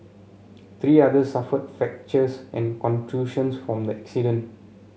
three others suffered fractures and contusions from the accident